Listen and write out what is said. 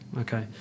Okay